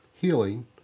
healing